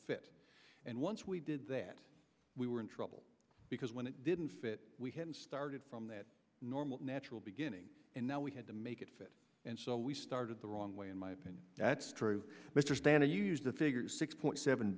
fit and once we did that we were in trouble because when it didn't fit we hadn't started from that normal natural beginning and now we had to make it fit and so we started the wrong way in my opinion that's true mr stana used the figure of six point seven